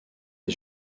des